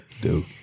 Dude